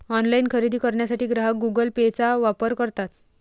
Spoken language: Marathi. ऑनलाइन खरेदी करण्यासाठी ग्राहक गुगल पेचा वापर करतात